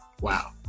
Wow